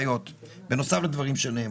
בנוסף לדברים שנאמרו,